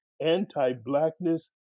anti-blackness